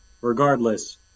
Regardless